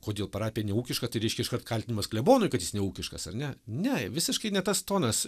kodėl parapinį ūkišką tai reiškia iškart kaltinimas klebonui kad jis neūkiškas ar ne ne visiškai ne tas tonas